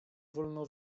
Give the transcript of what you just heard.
wolno